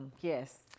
yes